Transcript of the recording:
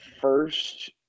first